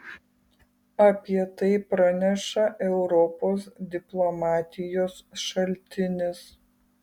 apie tai praneša europos diplomatijos šaltinis